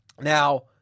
Now